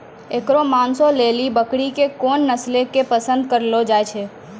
एकरो मांसो लेली बकरी के कोन नस्लो के पसंद करलो जाय छै?